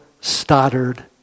Stoddard